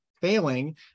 failing